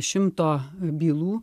šimto bylų